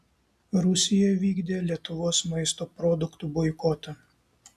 rusija vykdė lietuvos maisto produktų boikotą